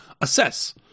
assess